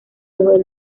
los